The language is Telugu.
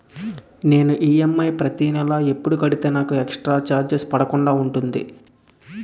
నేను ఈ.ఎం.ఐ ప్రతి నెల ఎపుడు కడితే నాకు ఎక్స్ స్త్ర చార్జెస్ పడకుండా ఉంటుంది?